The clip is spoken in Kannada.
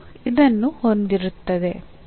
ಇದು ಇದನ್ನು ಹೊಂದಿರುತ್ತದೆ